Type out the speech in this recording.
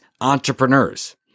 entrepreneurs